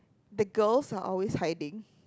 the girls are always hiding